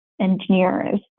engineers